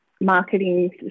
marketing